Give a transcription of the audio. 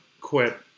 quit